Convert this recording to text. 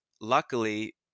luckily